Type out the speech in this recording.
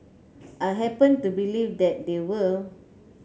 I happen to believe that they will